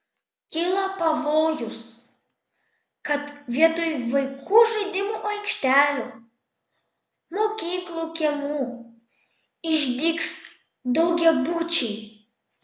kyla pavojus kad vietoj vaikų žaidimų aikštelių mokyklų kiemų išdygs daugiabučiai